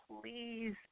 please